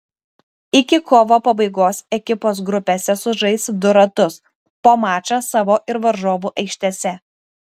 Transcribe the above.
iki kovo pabaigos ekipos grupėse sužais du ratus po mačą savo ir varžovų aikštėse